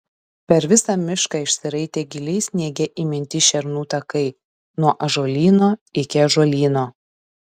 per visą mišką išsiraitė giliai sniege įminti šernų takai nuo ąžuolyno iki ąžuolyno